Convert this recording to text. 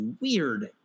weird